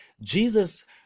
Jesus